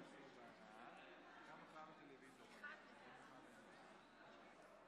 להלן תוצאות ההצבעה: